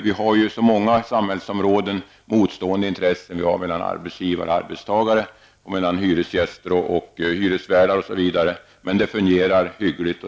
Det finns på så många samhällsområden omstående intressen -- arbetsgivare och arbetstagare, hyresgäster och hyresvärdar osv. -- men det fungerar hyggligt.